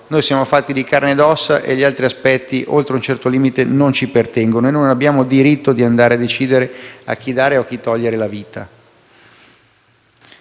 Siamo fatti di carne e ossa e gli altri aspetti, oltre un certo limite, non ci pertengono. Noi non abbiamo diritto di decidere a chi dare e a chi togliere la vita.